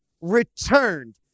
returned